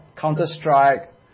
Counter-Strike